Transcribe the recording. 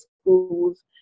schools